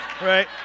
Right